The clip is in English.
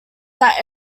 that